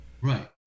Right